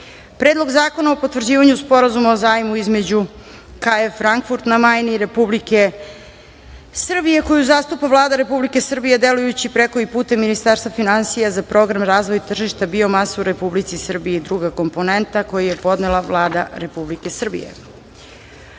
Predlog zakona o potvrđivanju Sporazuma o zajmu između KfW, Frankfurt na Majni i Republike Srbije koju zastupa Vlada Republike Srbije delujući preko i putem Ministarstva finansija za Program „Razvoj tržišta biomase u Republici Srbiji (druga komponenta)“, koji je podnela Vlada Republike Srbije;26.